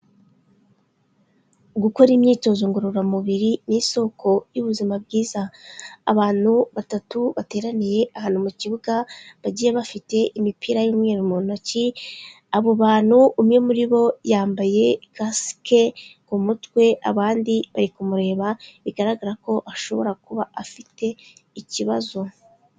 Gukora imyitozo ngororamubiri ni isoko y'ubuzima bwiza. Abantu batatu bateraniye ahantu mu kibuga, bagiye bafite imipira y'umweru mu ntoki, abo bantu umwe muri bo yambaye kasike ku mutwe, abandi bari kumureba, bigaragara ko ashobora kuba afite ikibazo.